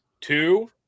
two